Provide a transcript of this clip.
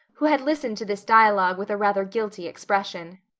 who had listened to this dialogue with a rather guilty expression.